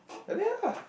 like that lah